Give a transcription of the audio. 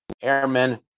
airmen